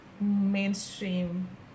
mainstream